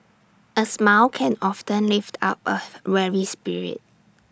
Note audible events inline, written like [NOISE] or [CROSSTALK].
A smile can often lift up A [NOISE] weary spirit